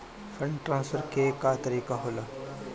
Fund transfer के का तरीका होला?